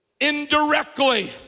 indirectly